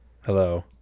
Hello